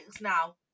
now